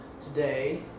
today